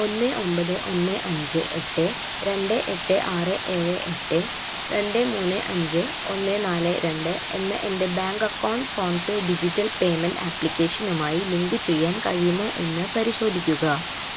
ഒന്ന് ഒൻപത് ഒന്ന് അഞ്ച് എട്ട് രണ്ട് എട്ട് ആറ് ഏഴ് എട്ട് രണ്ട് മൂന്ന് അഞ്ച് ഒന്ന് നാല് രണ്ട് എന്ന എൻ്റെ bank account PhonePe digital payment ആപ്ലിക്കേഷനുമായി ലിങ്കു ചെയ്യാൻ കഴിയുമോ എന്ന് പരിശോധിക്കുക